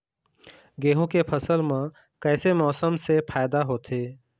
गेहूं के फसल म कइसे मौसम से फायदा होथे?